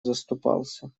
заступался